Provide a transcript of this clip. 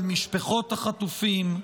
על משפחות החטופים,